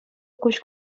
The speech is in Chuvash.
куҫ